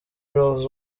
rolls